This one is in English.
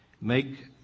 make